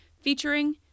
featuring